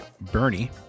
Bernie